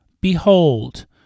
Behold